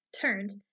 turned